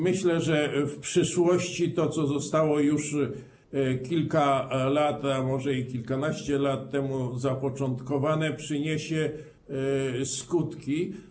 Myślę, że w przyszłości to, co zostało już kilka lat, a może i kilkanaście lat temu zapoczątkowane, przyniesie skutki.